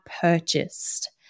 purchased